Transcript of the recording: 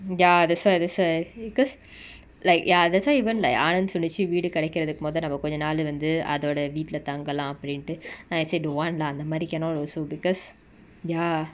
ya that's why that's why because like ya that's why even like ananth சொல்லிச்சு வீடு கெடைக்குரதுக்கு மொத நம்ம கொஞ்ச நாலு வந்து அதோட வீட்ல தங்கலா அப்டிண்டு:sollichu veedu kedaikurathuku motha namma konja naalu vanthu athoda veetla thangala apdindu I said don't want lah அந்தமாரி:anthamari cannot also because ya